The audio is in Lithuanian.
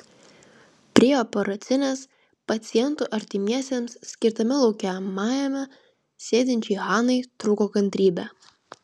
prie operacinės pacientų artimiesiems skirtame laukiamajame sėdinčiai hanai trūko kantrybė